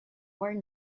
were